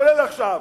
כולל עכשיו,